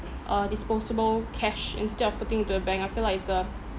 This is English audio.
uh disposable cash instead of putting into the bank I feel like it's a